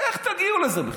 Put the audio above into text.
איך תגיעו לזה בכלל?